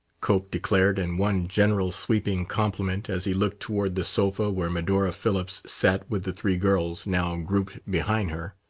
cope declared, in one general sweeping compliment, as he looked toward the sofa where medora phillips sat with the three girls now grouped behind her.